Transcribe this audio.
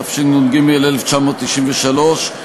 התשנ"ג 1993,